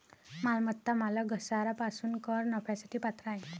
मालमत्ता मालक घसारा पासून कर नफ्यासाठी पात्र आहे